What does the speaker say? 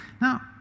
Now